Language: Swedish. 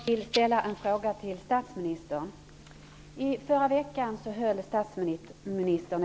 Herr talman! Jag vill ställa en fråga till statsministern.